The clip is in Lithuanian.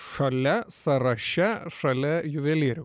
šalia sąraše šalia juvelyrų